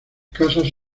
casas